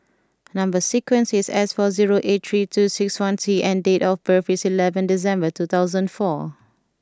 number sequence is S four zero eight three two six one T and date of birth is eleven December two thousand and four